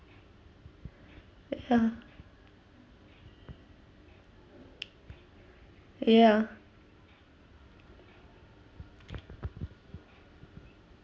ya ya